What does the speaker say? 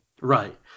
Right